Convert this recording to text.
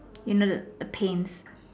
you know the the panes